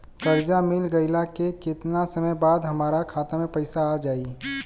कर्जा मिल गईला के केतना समय बाद हमरा खाता मे पैसा आ जायी?